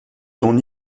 ton